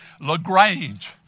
LaGrange